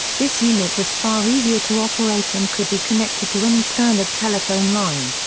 this unit was far easier to operate and could be connected to any standard telephone line.